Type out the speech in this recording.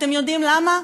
אתם יודעים למה?